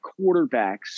quarterbacks